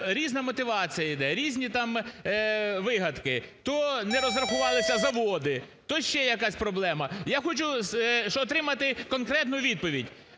різна мотивація іде, різні там вигадки: то не розрахувалися заводи, то ще якась проблема. Я хочу отримати конкретну відповідь: